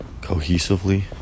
cohesively